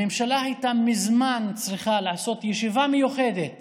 הממשלה הייתה צריכה מזמן לעשות ישיבה מיוחדת